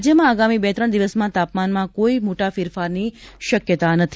રાજ્યમાં આગામી બે ત્રણ દિવસમાં તાપમાનમાં કોઈ મોટા ફેરફારની શક્યતા નથી